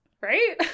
right